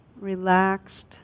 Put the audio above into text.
relaxed